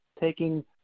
taking